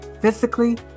physically